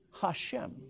Hashem